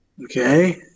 Okay